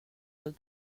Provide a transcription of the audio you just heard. autre